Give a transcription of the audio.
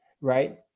right